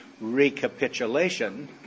recapitulation